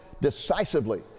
decisively